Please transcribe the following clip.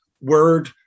word